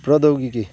प्रौद्योगिकी